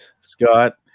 Scott